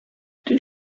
did